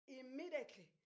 immediately